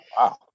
Wow